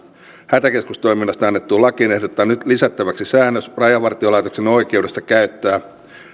hätäkeskustoiminnasta annettuun lakiin ehdotetaan nyt lisättäväksi säännös rajavartiolaitoksen oikeudesta käyttää